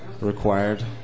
required